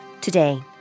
Today